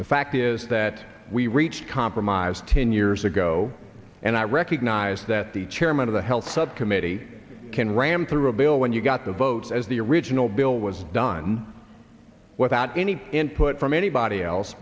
the fact is that we reached compromise ten years ago and i recognize that the chairman of the health subcommittee can ram through a bill when you've got the votes as the original bill was done without any input from anybody else